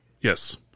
Yes